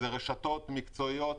אלה רשתות מקצועיות.